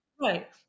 right